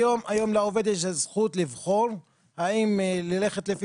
היום לעובד יש זכות לבחור האם ללכת לפי